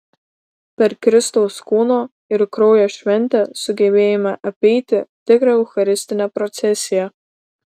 per kristaus kūno ir kraujo šventę sugebėjome apeiti tikrą eucharistinę procesiją